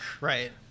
Right